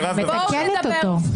אני מתקנת אותו.